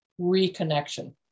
reconnection